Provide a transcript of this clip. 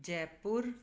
Jaipur